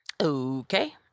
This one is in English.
okay